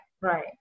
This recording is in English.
Right